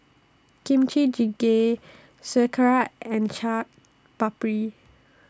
Kimchi Jjigae Sauerkraut and Chaat Papri